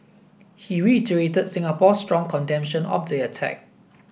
he reiterated Singapore's strong condemnation of the attack